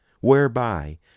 whereby